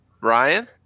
Ryan